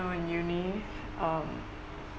in uni um